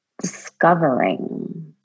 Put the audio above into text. discovering